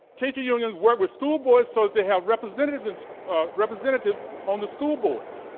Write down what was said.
teachers unions work with school boards so that they have representatives ah representatives on the school boards.